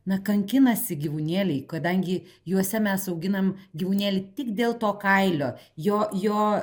na kankinasi gyvūnėliai kadangi juose mes auginam gyvūnėlį tik dėl to kailio jo jo